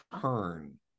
turn